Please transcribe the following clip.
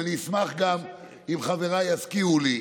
ואני אשמח גם אם חבריי יזכירו לי,